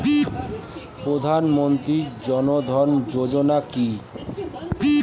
প্রধানমন্ত্রী জনধন যোজনা কি?